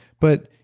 but,